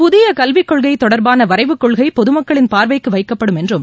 புதிய கல்விக்கொள்கை தொடர்பான வரைவுக் கொள்கை பொதுமக்களின் பார்வைக்கு வைக்கப்படும் என்றும்